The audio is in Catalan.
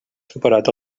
superat